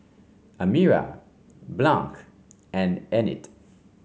Amira and Enid